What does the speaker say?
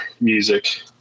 music